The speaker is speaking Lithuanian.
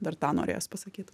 dar tą norėjos pasakyt